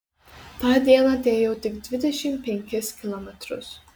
tą dieną teėjau tik dvidešimt penkis kilometrus